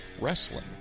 wrestling